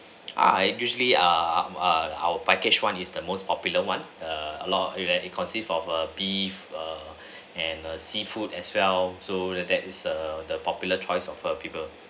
I usually ah our our package one is the most popular one a lot of and it consists of a beef err and err seafood as well so that is the popular choice of err people